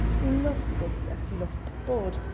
who loved books as he loved sport,